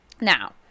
now